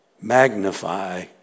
magnify